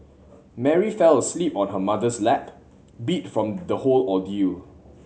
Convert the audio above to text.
Mary fell asleep on her mother's lap beat from the whole ordeal